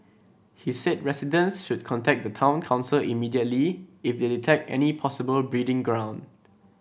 he said residents should contact the town council immediately if they detect any possible breeding ground